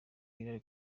hillary